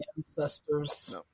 Ancestors